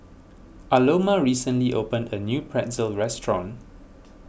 Aloma recently opened a new Pretzel restaurant